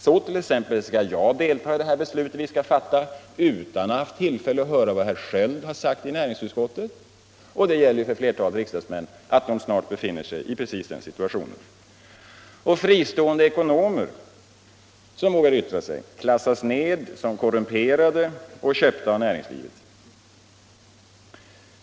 Så t.ex. skall jag delta i det beslut som vi nu kommer att fatta utan att ha haft tillfälle att höra vad herr Sköld har sagt i näringsutskottet, och flertalet riksdagsmän befinner sig i precis den situationen. Och fristående ekonomer som vågar yttra sig klassas ned som korrumperade och köpta av näringslivet.